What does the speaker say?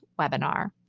webinar